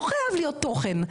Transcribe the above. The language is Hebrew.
לא חייב להיות תוכן,